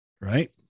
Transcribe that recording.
right